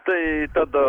tai tada